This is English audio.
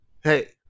Hey